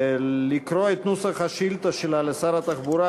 לקרוא את נוסח השאילתה שלה לשר התחבורה,